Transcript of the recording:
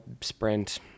sprint